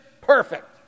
perfect